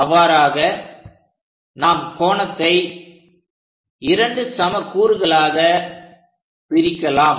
அவ்வாறாக நாம் கோணத்தை இரண்டு சம கூறுகளாகப் பிரிக்கலாம்